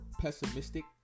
pessimistic